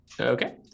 okay